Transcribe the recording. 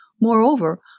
Moreover